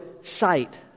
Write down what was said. sight